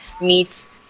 meets